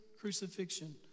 crucifixion